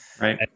Right